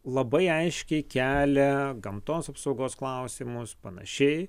labai aiškiai kelia gamtos apsaugos klausimus panašiai